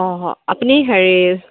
অঁ আপুনি হেৰি